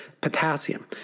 potassium